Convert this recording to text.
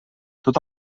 tot